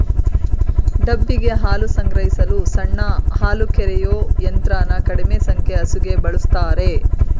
ಡಬ್ಬಿಗೆ ಹಾಲು ಸಂಗ್ರಹಿಸಲು ಸಣ್ಣ ಹಾಲುಕರೆಯೋ ಯಂತ್ರನ ಕಡಿಮೆ ಸಂಖ್ಯೆ ಹಸುಗೆ ಬಳುಸ್ತಾರೆ